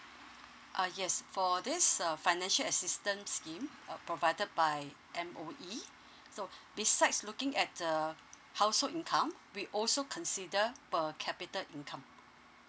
uh yes for this uh financial assistance scheme uh provided by M_O_E so besides looking at the household income we also consider per capita income